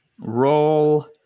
Roll